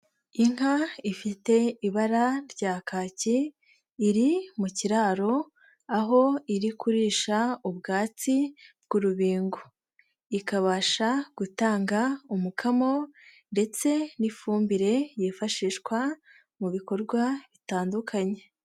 Inka ifite ibara rya kaki iri mu kiraro, aho iri kurisha ubwatsi bw'urubingo, ikabasha gutanga umukamo ndetse n'ifumbire yifashishwa mu bikorwa bitandukanye.